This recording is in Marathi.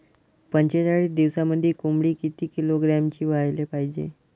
पंचेचाळीस दिवसामंदी कोंबडी किती किलोग्रॅमची व्हायले पाहीजे?